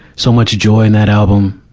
so much joy in that album.